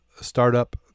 startup